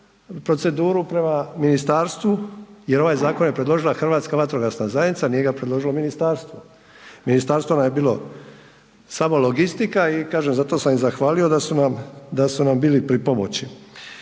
proceduru prema ministarstvu jer ovaj zakon je predložila Hrvatska vatrogasna zajednica, nije ga predložilo ministarstvo. Ministarstvo nam je bilo samo logistika i kažem zato sam i zahvalio da su nam bili pri pomoći.